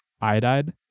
iodide